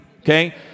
okay